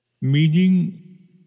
Meaning